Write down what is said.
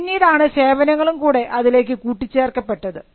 പിന്നീടാണ് സേവനങ്ങളും കൂടെ അതിലേക്ക് കൂട്ടിച്ചേർക്കപ്പെട്ടത്